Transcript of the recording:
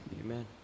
amen